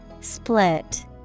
Split